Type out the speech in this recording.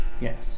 Yes